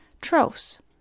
Tros